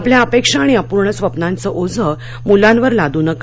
आपल्या अपेक्षा आणि अपूर्ण स्वप्नांचं ओझं मुलांवर लादू नका